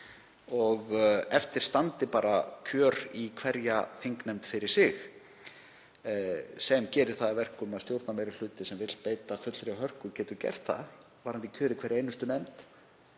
og eftir standi bara kjör í hverja þingnefnd fyrir sig sem gerir það að verkum að stjórnarmeirihluti sem vill beita fullri hörku getur gert það varðandi kjör í hverja einustu nefnd